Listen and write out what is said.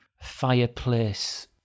fireplace